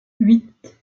huit